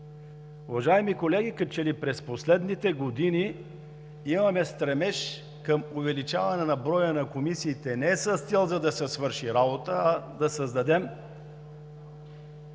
Уважаеми колеги, като че ли през последните години имаме стремеж към увеличаване броя на комисиите не с цел да се свърши работата, а да създадем